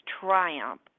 triumph